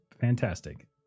Fantastic